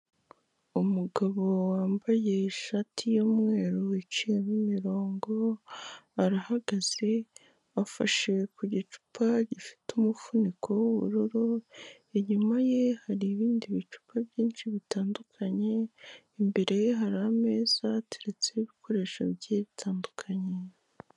Umugabo wambaye ishati y'umweru iciyemo imirongo, arahagaze, afashe ku gicupa gifite umufuniko w'ubururu, inyuma ye hari ibindi bicupa byinshi bitandukanye, imbere ye hari ameza ateretseho ibikoresho bigiye bitandukanye.